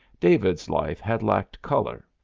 david's life had lacked color.